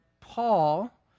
Paul